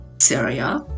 Syria